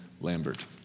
Lambert